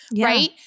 right